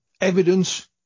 evidence